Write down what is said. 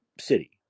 city